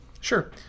Sure